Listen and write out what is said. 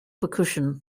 percussion